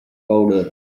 powder